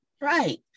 Right